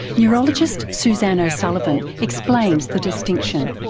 neurologist suzanne o'sullivan explains the distinction.